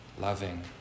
loving